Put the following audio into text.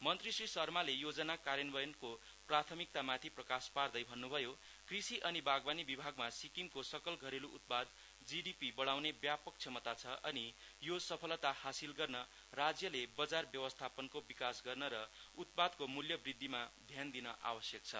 मन्त्री श्री शर्माले योजना कार्यान्वयनको प्राथमिकतामाथि प्रकाश पार्दै भन्न्भयो कृषि अनि बागवानी विभागमा सिक्किमको सकल घरेलु उत्पाद जीडीपी बढाउने व्यापक क्षमता छ अनि यो सफलता हासिल गर्न राज्यले बजार व्यवस्थापनको विकास गर्न र उत्पादको मूल्य वृद्धिमा ध्यान दिन आवश्यक छ